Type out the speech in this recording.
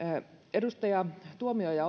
edustaja tuomioja